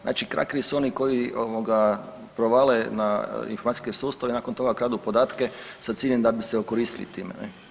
Znači krakeri su oni koji ovoga provale na informacijske sustava i nakon toga kradu podatke sa ciljem da bi se okoristili time.